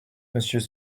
monsieur